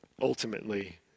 ultimately